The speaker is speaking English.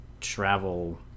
travel